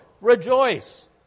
Rejoice